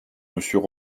monsieur